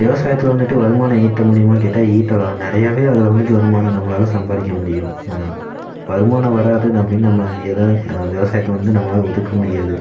விவசாயத்தில் வந்துட்டு வருமானம் ஈட்ட முடியுமான்னு கேட்டால் ஈட்டலாம் நிறையாவே அதில் வந்துட்டு வருமானம் நம்மளால சம்பாதிக்க முடியும் வருமானம் வராது அப்படின்னு நம்ம எதை விவசாயத்தை வந்து நம்மளால் ஒதுக்க முடியாது